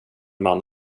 man